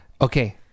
Okay